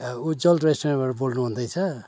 उज्ज्वल रेस्ट्रुरेन्टबाट बोल्नु हुँदैछ